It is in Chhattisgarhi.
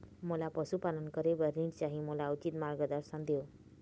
मोला पशुपालन करे बर ऋण चाही, मोला उचित मार्गदर्शन देव?